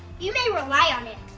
you may rely on it.